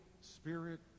Spirit